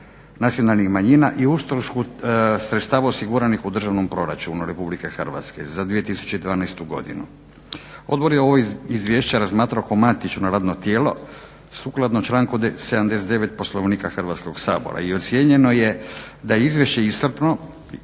nacionalnih manjina i utrošku sredstva osiguranih u Državnom proračunu RH za 2012.godinu. Odbor je ovo izvješće razmatrao kao matično radno tijelo sukladno članku 79. Poslovnika Hrvatskog sabora i ocijenjeno je da je izvješće iscrpno